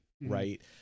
right